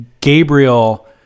Gabriel